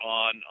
on